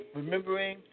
remembering